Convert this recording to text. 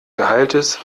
gehalts